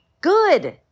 good